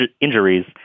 injuries